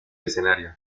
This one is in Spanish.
escenario